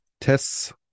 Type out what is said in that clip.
tests